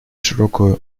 широкую